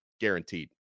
guaranteed